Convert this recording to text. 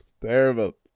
Terrible